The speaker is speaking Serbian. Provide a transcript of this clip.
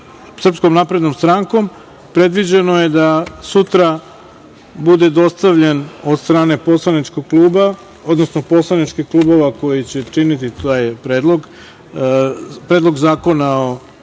smo imali sa SNS, predviđeno je da sutra bude dostavljen od strane poslaničkog kluba, odnosno poslaničkih klubova koji će činiti taj predlog, Predlog zakona o